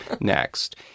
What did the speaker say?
next